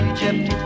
Egypt